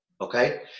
okay